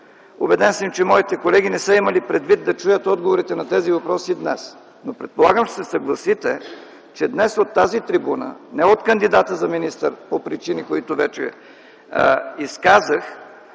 Убеден съм, че моите колеги не са имали предвид да чуят отговорите на тези въпроси днес. Но предполагам ще се съгласите, че днес от тази трибуна, не от кандидата за министър по причини, които вече изказах,